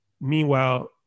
meanwhile